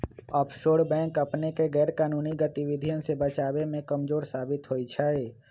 offshore bank अपनेके गैरकानूनी गतिविधियों से बचाबे में कमजोर साबित होइ छइ